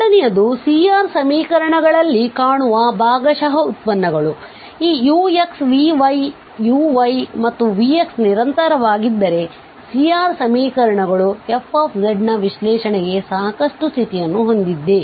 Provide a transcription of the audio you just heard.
ಎರಡನೆಯದು C R ಸಮೀಕರಣಗಳಲ್ಲಿ ಕಾಣುವ ಭಾಗಶಃ ಉತ್ಪನ್ನಗಳು ಈ ux vy uyಮತ್ತು vx ನಿರಂತರವಾಗಿದ್ದರೆC R ಸಮೀಕರಣಗಳು f ನ ವಿಶ್ಲೇಷಣೆಗೆ ಸಾಕಷ್ಟು ಸ್ಥಿತಿಯನ್ನು ಹೊಂದಿದ್ದೇವೆ